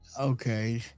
Okay